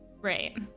Right